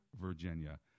Virginia